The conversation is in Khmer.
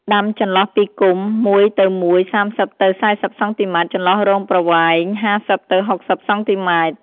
ដាំចន្លោះពីគុម្ព មួយទៅមួយ ៣០ ទៅ ៤០ សង់ទីម៉ែត្រ ចន្លោះរងប្រវែង ៥០ ទៅ ៦០ សង់ទីម៉ែត្រ។